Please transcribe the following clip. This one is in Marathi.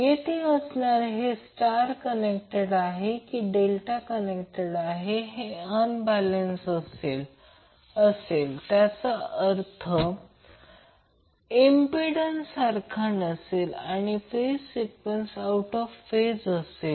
येथे असणारे हे स्टार्ट कनेक्टेड आहे की डेल्टा कनेक्टेड आहे हे अनबॅलन्स असेल तसेच त्याचा इंम्प्पिडन्स सारखा नसेल आणि phase sequence out of phase असेल